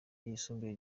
ryisumbuye